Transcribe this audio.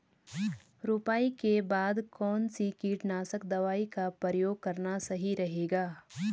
रुपाई के बाद कौन सी कीटनाशक दवाई का प्रयोग करना सही रहेगा?